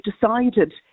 decided